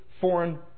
foreign